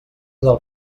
del